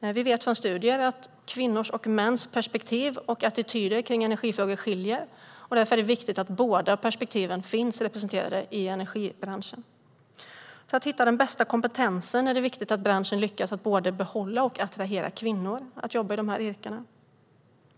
Vi vet från studier att kvinnors och mäns perspektiv och attityder till energifrågor skiljer sig åt. Därför är det viktigt att båda perspektiven finns representerade i energibranschen. För att hitta den bästa kompetensen är det viktigt att branschen lyckas med att både behålla och attrahera kvinnor att jobba i dessa yrken.